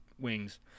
wings